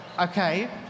Okay